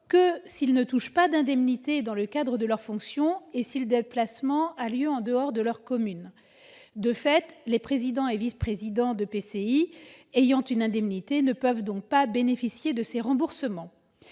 que s'ils ne touchent pas d'indemnité dans le cadre de leur fonction et si le déplacement a lieu en dehors de leur commune. De fait, les présidents et vice-présidents d'EPCI percevant une indemnité ne peuvent donc pas bénéficier de ces remboursements.